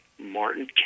Martin